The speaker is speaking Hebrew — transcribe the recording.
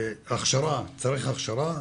צריך הכשרה.